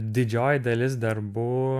didžioji dalis darbų